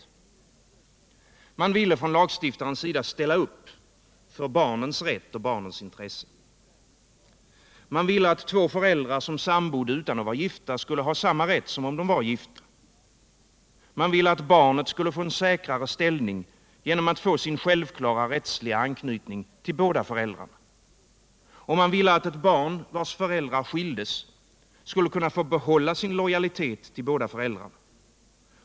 Lagstiftaren ville ställa upp för barnens rätt och barnens intressen. Man ville att två föräldrar som sambodde utan att vara gifta skulle ha samma rätt som om de var gifta. Man ville att barnet skulle få en säkrare ställning genom att få sin självklara rättsliga anknytning till båda föräldrarna. Man ville att ett barn vars föräldrar skildes skulle kunna få behålla sin lojalitet till båda föräldrarna.